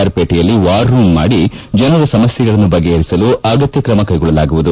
R ಪೇಟೆಯಲ್ಲಿ war room ಮಾಡಿ ಜನರ ಸಮಸ್ಥೆಗಳನ್ನು ಬಗೆಹರಿಸಲು ಅಗತ್ಯ ಕ್ರಮ ಕೈಗೊಳ್ಳಲಾಗುವುದು